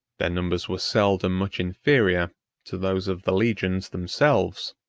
their numbers were seldom much inferior to those of the legions themselves.